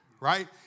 right